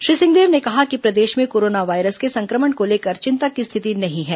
श्री सिंहदेव ने कहा कि प्रदेश में कोरोना वायरस के संक्रमण को लेकर चिंता की स्थिति नहीं है